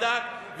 בדק,